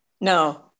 no